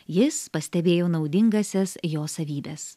jis pastebėjo naudingąsias jo savybes